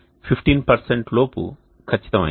15 లోపు ఖచ్చితమైనది